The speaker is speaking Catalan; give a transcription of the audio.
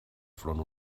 front